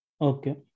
Okay